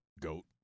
Goat